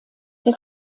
der